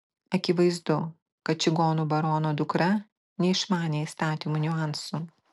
akivaizdu kad čigonų barono dukra neišmanė įstatymų niuansų